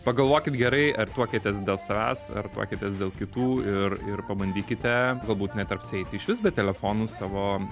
pagalvokit gerai ar tuokiatės dėl savęs ar tuokiatės dėl kitų ir ir pabandykite galbūt net apsieiti iš vis be telefonų savo